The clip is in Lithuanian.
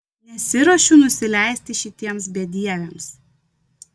nesiruošiu nusileisti šitiems bedieviams